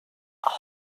all